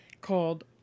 Called